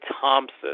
Thompson